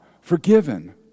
forgiven